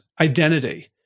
identity